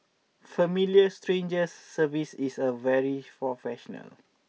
Familiar Strangers service is a very professional